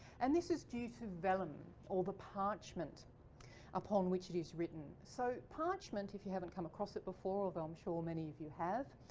and this is due to vellum or parchment upon which it is written. so parchment if you haven't come across it before, although i'm sure many of you have,